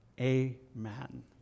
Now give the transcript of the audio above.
Amen